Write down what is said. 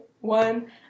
one